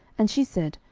and she said,